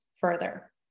further